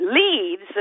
leaves